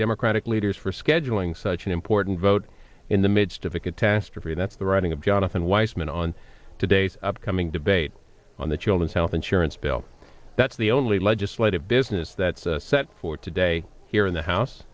democratic leaders for scheduling such an important vote in the midst of a catastrophe that's the writing of jonathan weisman on today's upcoming debate on the children's health insurance bill that's the only legislative business that's set for today here in the house